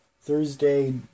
Thursday